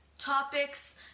Topics